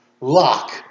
lock